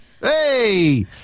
Hey